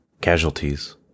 Casualties